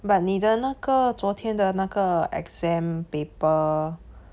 but 你的那个昨天的那个 exam paper